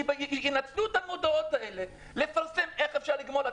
שינצלו את המודעות האלה לפרסם איך אפשר לגמול.